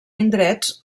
indrets